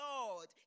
Lord